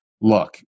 look